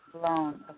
blown